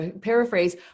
paraphrase